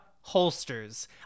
holsters